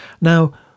Now